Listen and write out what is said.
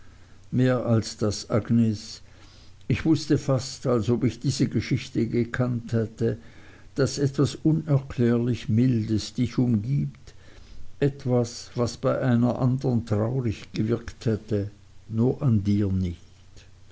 mehr als das agnes ich wußte fast als ob ich diese geschichte gekannt hätte daß etwas unerklärlich mildes dich umgibt etwas was bei einer andern traurig gewirkt hätte nur an dir nicht